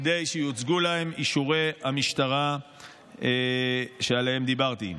כדי שיוצגו להם אישורי המשטרה שעליהם דיברתי.